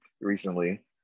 recently